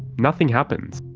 nothing happens.